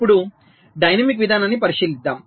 ఇప్పుడు డైనమిక్ విధానాన్ని పరిశీలిద్దాం